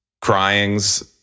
cryings